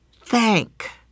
thank